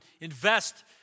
invest